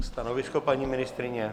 Stanovisko, paní ministryně?